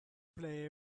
play